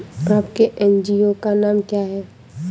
आपके एन.जी.ओ का नाम क्या है?